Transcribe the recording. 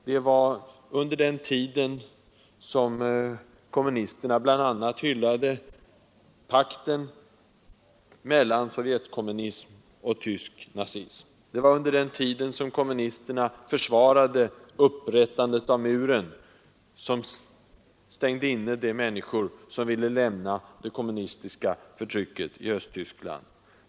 Det var under denna tid som kommunisterna hyllade pakten mellan Sovjetkommunism och tysk nazism. Det var under den tiden som kommunisterna försvarade upprättandet av muren som stängde inne de människor som ville lämna det kommunistiska förtrycket i Östtyskland.